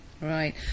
Right